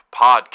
Podcast